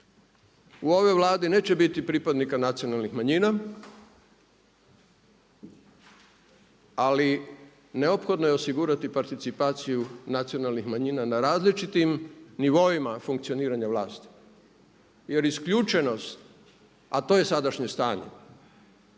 U ovoj Vladi neće biti pripadnika nacionalnih manjina, ali neophodno je osigurati participaciju nacionalnih manjina na različitim nivoima funkcioniranja vlasti jer isključenost, a to je sadašnje stanje,